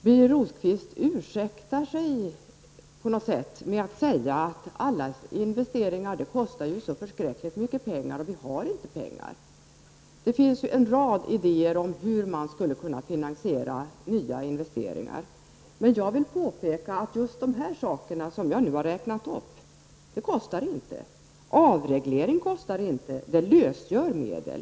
Birger Rosqvist ursäktar sig på något sätt med att säga att alla investeringar kostar så förskräckligt mycket pengar och att vi inte har pengar. Det finns en rad idéer om hur man skulle kunna finansiera nya investeringar, men jag vill påstå att just de saker som jag nu har räknat upp kostar inte. Avreglering kostar inte. Den lösgör medel.